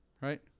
right